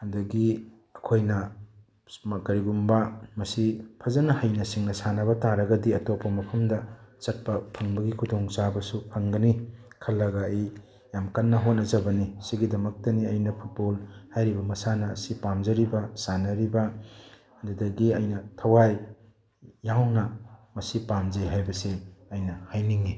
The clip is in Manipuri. ꯑꯗꯨꯗꯒꯤ ꯑꯩꯈꯣꯏꯅ ꯀꯔꯤꯒꯨꯝꯕ ꯃꯁꯤ ꯐꯖꯅ ꯍꯩꯅ ꯁꯤꯡꯅ ꯁꯥꯟꯅꯕ ꯇꯥꯔꯒꯗꯤ ꯑꯇꯣꯞꯄ ꯃꯐꯝꯗ ꯆꯠꯄ ꯐꯪꯕꯒꯤ ꯈꯨꯗꯣꯡꯆꯥꯕꯁꯨ ꯐꯪꯒꯅꯤ ꯈꯜꯂꯒ ꯑꯩ ꯌꯥꯝ ꯀꯟꯅ ꯍꯣꯠꯅꯖꯕꯅꯤ ꯁꯤꯒꯤꯗꯃꯛꯇꯅꯤ ꯑꯩꯅ ꯐꯨꯠꯕꯣꯜ ꯍꯥꯏꯔꯤꯕ ꯃꯁꯥꯅ ꯑꯁꯤ ꯄꯥꯝꯖꯔꯤꯕ ꯁꯥꯟꯅꯔꯤꯕ ꯑꯗꯨꯗꯒꯤ ꯑꯩꯅ ꯊꯋꯥꯏ ꯌꯥꯎꯅ ꯃꯁꯤ ꯄꯥꯝꯖꯩ ꯍꯥꯏꯕꯁꯤ ꯑꯩꯅ ꯍꯥꯏꯅꯤꯡꯏ